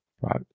right